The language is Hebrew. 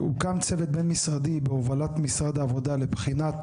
הוקם צוות בין משרדי בהובלת משרד העבודה לבחינת